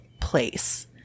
Place